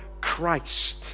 Christ